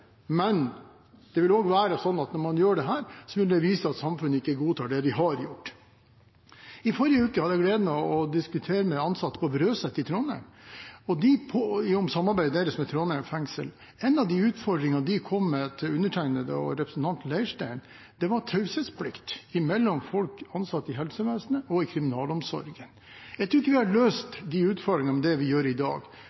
men det vil også være sånn at når man gjør dette, vil det vise at samfunnet ikke godtar det de har gjort. I forrige uke hadde jeg gleden av å diskutere med ansatte på Brøset i Trondheim om samarbeidet deres med Trondheim fengsel. En av de utfordringene de kom med til meg og representanten Leirstein, var taushetsplikt mellom ansatte i helsevesenet og ansatte i kriminalomsorgen. Jeg tror ikke vi har